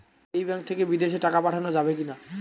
এই ব্যাঙ্ক থেকে বিদেশে টাকা পাঠানো যাবে কিনা?